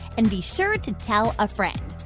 and be sure to tell a friend.